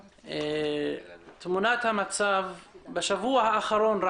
תמונת המצב בשבוע האחרון: